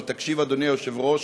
תקשיב, אדוני היושב-ראש,